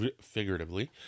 figuratively